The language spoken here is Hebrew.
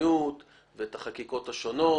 המדיניות מהחקיקות השונות.